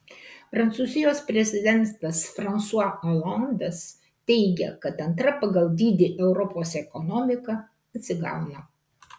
prancūzijos prezidentas fransua olandas teigia kad antra pagal dydį europos ekonomika atsigauna